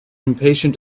impatient